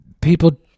People